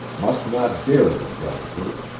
must not dare to judge her.